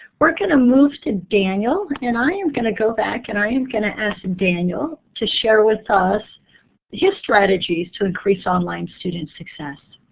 we're going to move to daniel. and i am going to go back, and i am going to ask daniel to share with us his strategies to increase online student success.